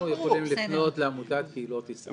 אנחנו יכולים לפנות לעמותת קהילות ישראל.